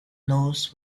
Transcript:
knows